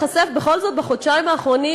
בכל זאת יוצא לי קצת להיחשף בחודשיים האחרונים,